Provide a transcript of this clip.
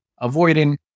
avoiding